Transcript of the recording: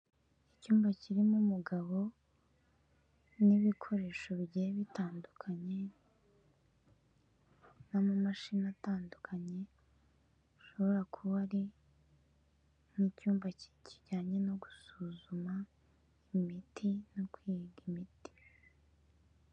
Icyumba kirimo umugabo, n'ibikoresho bigiye bitandukanye, n'amamashini atandukanye, bishobora kuba ari nk'icyumba kijyanye no gusuzuma imiti, no kwiga imiti.